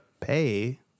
pay